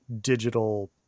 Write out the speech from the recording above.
digital